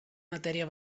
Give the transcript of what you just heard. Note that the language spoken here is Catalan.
matèria